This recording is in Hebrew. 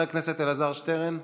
חבר הכנסת אלעזר שטרן,